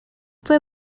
fue